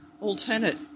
alternate